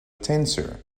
tensor